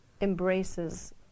embraces